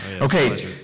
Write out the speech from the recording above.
Okay